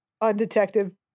undetected